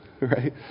right